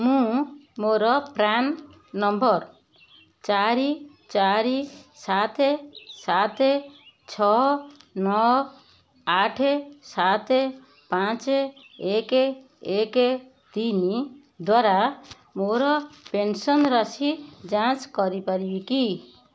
ମୁଁ ମୋର PRAN number ଚାରି ଚାରି ସାତ ସାତ ଛଅ ନଅ ଆଠ ସାତ ପାଞ୍ଚ ଏକ ଏକ ତିନି ଦ୍ଵାରା ମୋର ପେନ୍ସନ୍ ରାଶି ଯାଞ୍ଚ କରିପାରିବି କି